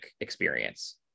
experience